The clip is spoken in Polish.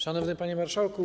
Szanowny Panie Marszałku!